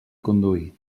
conduir